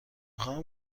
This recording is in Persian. خواهم